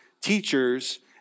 teachers